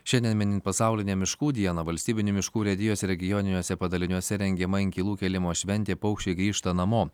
šiandien minint pasaulinę miškų dieną valstybinių miškų urėdijos regioniniuose padaliniuose rengiama inkilų kėlimo šventė paukščiai grįžta namo